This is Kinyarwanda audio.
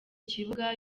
kibuga